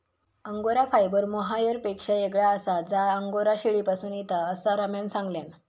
angora fibre मोहायरपेक्षा येगळा आसा जा अंगोरा शेळीपासून येता, असा रम्यान सांगल्यान